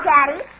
Daddy